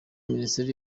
minisiteri